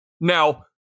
Now